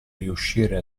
riuscire